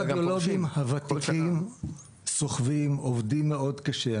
הרדיולוגים הוותיקים סוחבים, עובדים מאוד קשה.